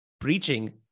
preaching